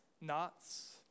knots